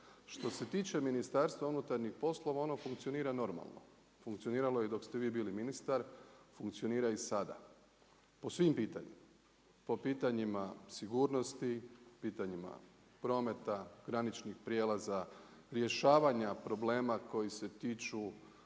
Što se tiče Ministarstva unutarnjih poslova ono funkcionira normalno, funkcioniralo je i dok ste vi bili ministar, funkcionira i sada po svim pitanjima. Po pitanjima sigurnosti, pitanjima prometa, graničnih prijelaza, rješavanja problema koji se tiču